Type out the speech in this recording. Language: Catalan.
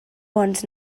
bons